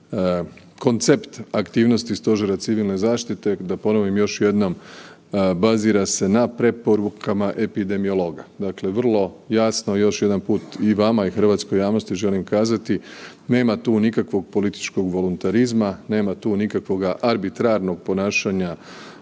koncept aktivnosti stožera Civilne zaštite. Da ponovim još jednom bazira se na preporukama epidemiologa. Dakle, vrlo jasno još jedan put i vama i hrvatskoj javnosti želim kazati nema tu nikakvog političkog voluntarizma, nema tu nikakvog arbitrarnog ponašanja